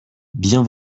bien